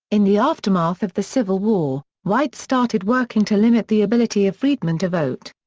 in the aftermath of the civil war, whites started working to limit the ability of freedmen to vote.